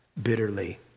Bitterly